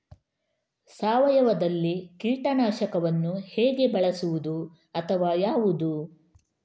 ಸಾವಯವದಲ್ಲಿ ಕೀಟನಾಶಕವನ್ನು ಹೇಗೆ ಬಳಸುವುದು ಅಥವಾ ಯಾವುದು?